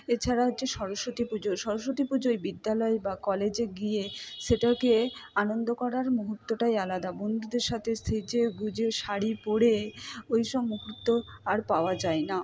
এছাড়া হচ্ছে সরস্বতী পুজো সরস্বতী পুজোয় বিদ্যালয় বা কলেজে গিয়ে সেটাকে আনন্দ করার মুহূর্তটাই আলাদা বন্ধুদের সাথে সেজে গুজে শাড়ি পরে ওই সব মুহূর্ত আর পাওয়া যায় না